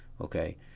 Okay